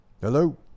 Hello